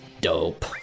Dope